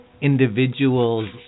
individuals